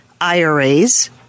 IRAs